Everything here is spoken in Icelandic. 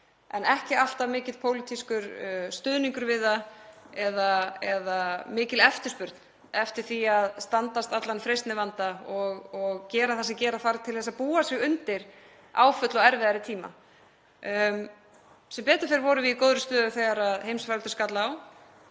en ekki alltaf mikill pólitískur stuðningur við það eða mikil eftirspurn eftir því að standast allan freistnivanda og gera það sem gera þarf til að búa sig undir áföll á erfiðari tíma. Sem betur fer vorum við í góðri stöðu þegar heimsfaraldur skall á.